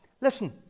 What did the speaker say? Listen